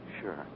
sure